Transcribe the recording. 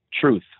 truth